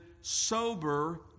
sober